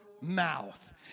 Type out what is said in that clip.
mouth